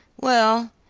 well,